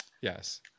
Yes